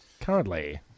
currently